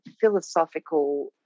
philosophical